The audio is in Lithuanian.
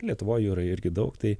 lietuvoj jų yra irgi daug tai